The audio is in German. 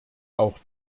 auch